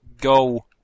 go